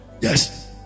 Yes